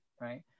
right